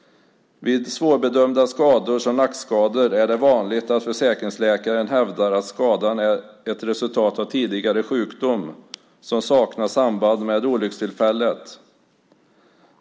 Vid svårbedömda skador som nackskador är det vanligt att försäkringsläkaren hävdar att skadan är ett resultat av tidigare sjukdom som saknar samband med olyckstillfället.